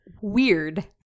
weird